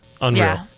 Unreal